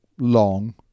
Long